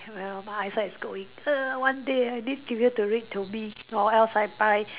well my eyesight is going err one day I need people to read to me or else I buy